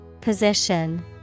Position